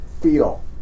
feel